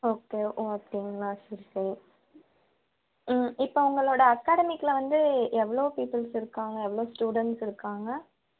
okay ஓகேங்களா சரி சரி ம் இப்போ உங்களோட அகாடமிக்குள்ளே வந்து எவ்வளோ பீப்பிள்ஸ் இருக்காங்க எவ்வளோ ஸ்டூடெண்ட்ஸ் இருக்காங்க